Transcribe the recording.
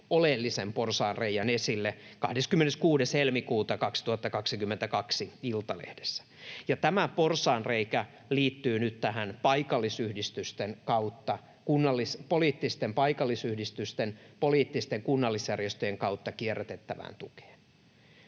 oleellisen porsaanreiän esille 26.2.2022 Iltalehdessä, ja tämä porsaanreikä liittyy nyt poliittisten paikallisyhdistysten, poliittisten kunnallisjärjestöjen kautta kierrätettävään tukeen.